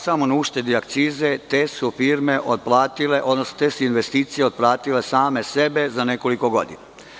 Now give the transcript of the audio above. Samo na uštedi akcize, te firme otplatile, odnosno te su investicije otplatile same sebe za nekoliko godina.